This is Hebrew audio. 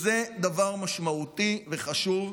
זה דבר משמעותי וחשוב,